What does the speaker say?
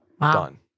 done